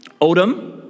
Odom